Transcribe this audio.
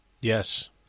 Yes